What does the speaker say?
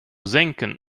senken